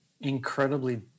incredibly